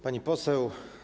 Pani Poseł!